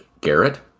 Garrett